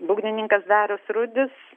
būgnininkas darius rudis